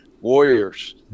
Warriors